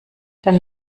dann